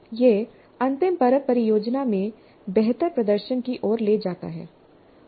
यह अंतिम परत परियोजना में बेहतर प्रदर्शन की ओर ले जाता है